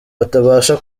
batabasha